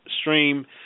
stream